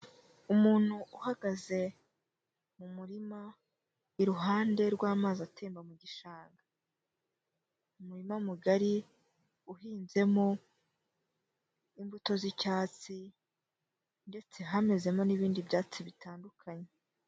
Umuntu uhagaze mu murima iruhande rw'amazi atemba mu gishanga, umurima mugari uhinzemo imbuto z'icyatsi ndetse hamezemo n'ibindi byatsi bitandukanye.